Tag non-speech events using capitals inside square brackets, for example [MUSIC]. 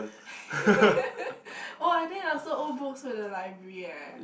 [LAUGHS] oh and then I sold old books to the library eh